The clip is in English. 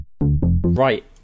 Right